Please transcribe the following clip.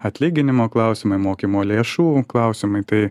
atlyginimo klausimai mokymo lėšų klausimai tai